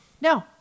no